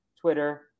Twitter